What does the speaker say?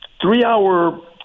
three-hour